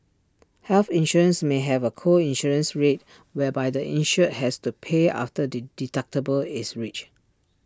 health insurance may have A co insurance rate whereby the insured has to pay after the deductible is reached